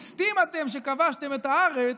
ליסטים אתם שכבשתם את הארץ,